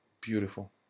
beautiful